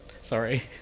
Sorry